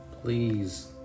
Please